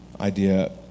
idea